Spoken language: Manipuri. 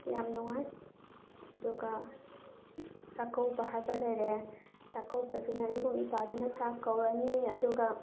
ꯌꯥꯝ ꯅꯨꯡꯉꯥꯏ ꯑꯗꯨꯒ ꯆꯥꯛꯀꯧꯕ ꯍꯥꯏꯕ ꯂꯩꯔꯦ ꯆꯥꯛꯀꯧꯕꯁꯤꯅ ꯏꯕꯨꯡ ꯏꯄ꯭ꯋꯥꯁꯤꯡꯅ ꯆꯥꯛ ꯀꯧꯔꯅꯤ ꯑꯗꯨꯒ